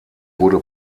wurde